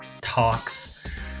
talks